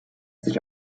sich